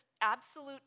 absolute